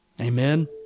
Amen